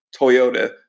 Toyota